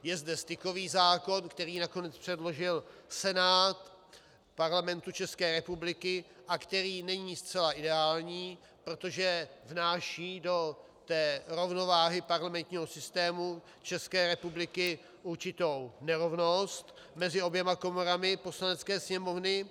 Je zde stykový zákon, který nakonec předložil Senát Parlamentu České republiky a který není zcela ideální, protože vnáší do té rovnováhy parlamentního systému České republiky určitou nerovnost mezi oběma komorami Poslanecké sněmovny.